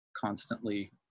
constantly